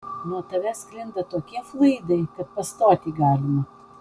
nuo tavęs sklinda tokie fluidai kad pastoti galima